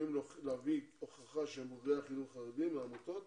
צריכים להביא הוכחה שהם בוגרי החינוך החרדי מהעמותות